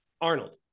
Arnold